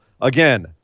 Again